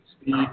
speed